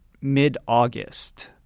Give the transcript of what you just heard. mid-August